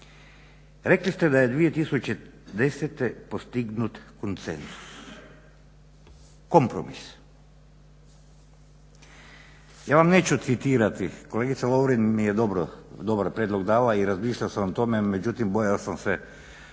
Rekli ste da je 2010. postignut konsenzus, kompromis. Ja vam neću citirati, kolegica mi je dobar prijedlog dala i razmišljao sam o tome međutim bojao sam se